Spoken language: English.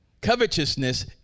Covetousness